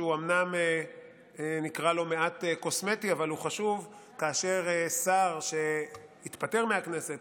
שאומנם נקרא לו מעט קוסמטי אבל הוא חשוב: כאשר שר שהתפטר מהכנסת